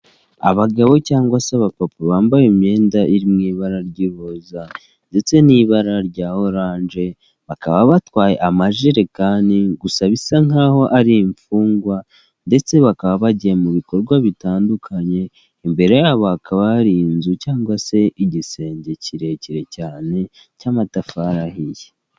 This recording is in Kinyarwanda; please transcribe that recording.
Abagabo cyangwa se abapapa bambaye imyenda iri mu ibara ry'iroza, ndetse n'ibara rya oranje bakaba batwaye amajerekani gusa bisa nkaho ari imfungwa ndetse bakaba bagiye mu bikorwa bitandukanye imbere yabo hakaba hari inzu cyangwa se igisenge kirekire cyane cy'amatafari ahiye.